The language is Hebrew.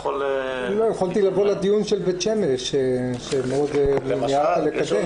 יכולתי לבוא לדיון של בית שמש שמאוד מיהרת לקדם.